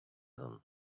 them